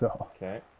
Okay